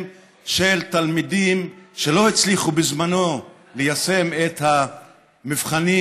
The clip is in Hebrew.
של תלמידים שלא הצליחו בזמנו ליישם את המבחנים,